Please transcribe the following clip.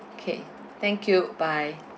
okay thank you bye